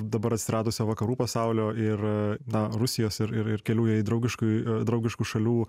dabar atsiradusio vakarų pasaulio ir na rusijos ir ir ir kelių jai draugiškai draugiškų šalių